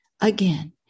again